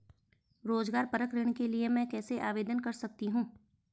रोज़गार परक ऋण के लिए मैं कैसे आवेदन कर सकतीं हूँ?